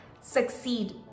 succeed